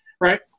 right